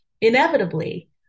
inevitably